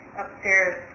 upstairs